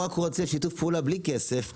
הוא רק רוצה שיתוף פעולה בלי כסף,